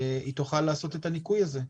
היא תוכל לעשות את הניכוי הזה.